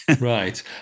Right